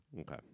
okay